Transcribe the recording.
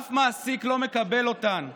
אף מעסיק לא מקבל אותן.